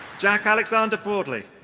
jack alexander broadley.